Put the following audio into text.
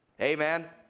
Amen